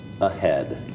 ahead